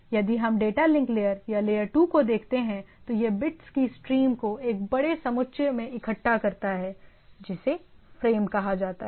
यदि हम data link layer या लेयर 2 को देखते हैं तो यह बिट्स की स्ट्रीम को एक बड़े समुच्चय में इकट्ठा करता है जिसे फ्रेम कहा जाता है